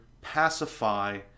pacify